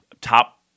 top